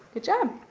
good job.